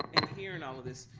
and hearing all of this,